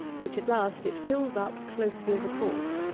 which at last it fills up closely as a cork.